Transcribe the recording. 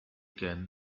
can